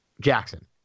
Jackson